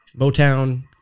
Motown